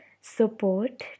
support